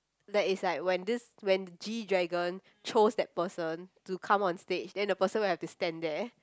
that is like when this when G-dragon chose that person to come on stage then the person will have to stand there